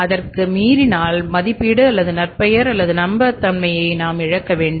அதற்கு மீறினால் மதிப்பீடு அல்லது நற்பெயர் அல்லது நம்பகத்தன்மையை நாம் இழக்க வேண்டும்